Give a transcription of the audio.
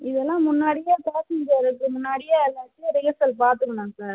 இதெல்லாம் முன்னாடியே பார்த்துக்கனும் முன்னாடியே ரிகர்சல் பார்த்துக்கனும் சார்